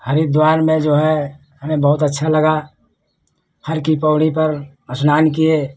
हरिद्वार में जो है हमें बहुत अच्छा लगा हर की पौड़ी पर स्नान किए